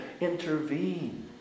intervene